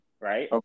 right